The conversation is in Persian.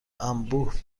انبوه